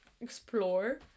explore